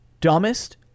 dumbest